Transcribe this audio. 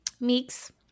meeks